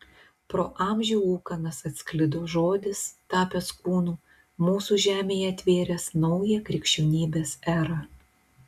pro amžių ūkanas atsklido žodis tapęs kūnu mūsų žemėje atvėręs naują krikščionybės erą